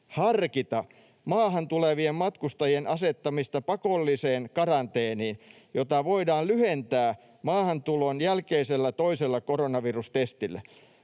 harkita maahan tulevien matkustajien asettamista pakolliseen karanteeniin, jota voidaan lyhentää maahantulon jälkeisellä toisella koronavirustestillä.